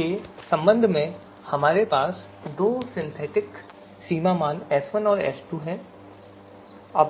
के संबंध में हमारे पास दो सिंथेटिक सीमा मान S1 और S2 हैं ऑब्जेक्ट 1 और ऑब्जेक्ट 2